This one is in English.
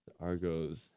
Argos